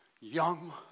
young